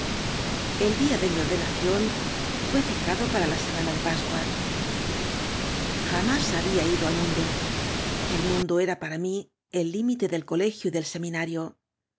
el día de mi ordenación fué ñjado para la semana de pascuas jamás había ido al m undo el mundo era pa ra m í el límite del colegio y del seminario